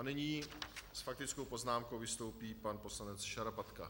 Nyní s faktickou poznámkou vystoupí pan poslanec Šarapatka.